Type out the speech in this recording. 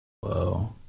Whoa